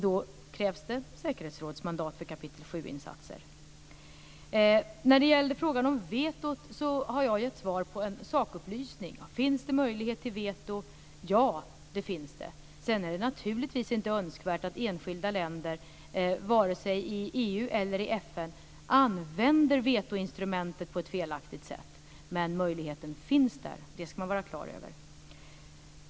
Då krävs det säkerhetsrådsmandat för kapitel 7 När det gällde frågan om vetot har jag gett en sakupplysning. Finns det möjlighet till veto? Ja, det finns det. Sedan är det naturligtvis inte önskvärt att enskilda länder vare sig i EU eller i FN använder vetoinstrumentet på ett felaktigt sätt. Men möjlighet finns där. Det ska man vara klar över.